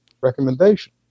recommendation